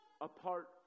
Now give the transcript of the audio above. apart